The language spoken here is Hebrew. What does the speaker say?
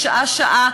שעה-שעה,